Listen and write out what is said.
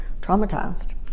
traumatized